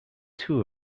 two